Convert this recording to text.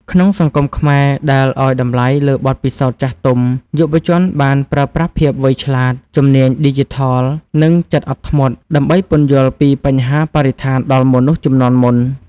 ក្នុងសង្គមខ្មែរដែលឱ្យតម្លៃលើបទពិសោធន៍ចាស់ទុំ យុវជនបានប្រើប្រាស់ភាពវៃឆ្លាត ជំនាញឌីជីថល និងចិត្តអត់ធ្មត់ ដើម្បីពន្យល់ពីបញ្ហាបរិស្ថានដល់មនុស្សជំនាន់មុន។